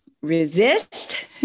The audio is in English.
resist